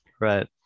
Right